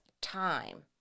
time